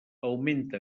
augmenta